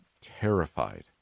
terrified